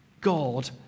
God